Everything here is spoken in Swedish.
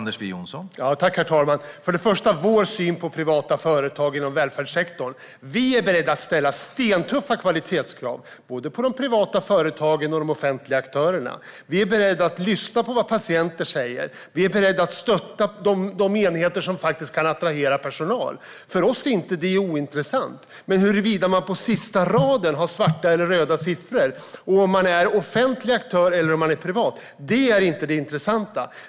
Herr talman! Låt mig börja med vår syn på privata företag inom välfärdssektorn. Vi är beredda att ställa stentuffa kvalitetskrav, både på de privata företagen och på de offentliga aktörerna. Vi är beredda att lyssna på vad patienter säger. Vi är beredda att stötta de enheter som faktiskt kan attrahera personal. För oss är det inte ointressant. Men huruvida man på sista raden har svarta eller röda siffror och om man är en offentlig eller privat aktör är inte det intressanta.